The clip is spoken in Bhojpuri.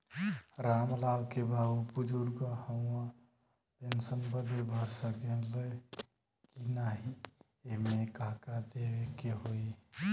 राम लाल के बाऊ बुजुर्ग ह ऊ पेंशन बदे भर सके ले की नाही एमे का का देवे के होई?